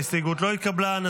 ההסתייגות לא התקבלה.